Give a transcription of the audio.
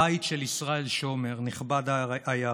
הבית של ישראל שומר, נכבד העיירה.